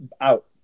out